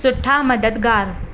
सुठा मददगारु